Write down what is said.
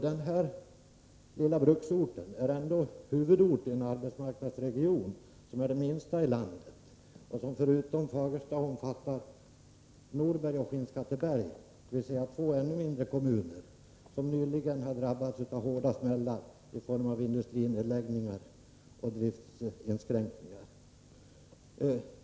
Denna lilla bruksort är ändå huvudort i en arbetsmarknadsregion som är den minsta i landet och som förutom Fagersta omfattar Norberg och Skinnskatteberg, dvs. två ännu mindre kommuner som nyligen drabbats av hårda smällar i form av industrinedläggningar och driftsinskränkningar.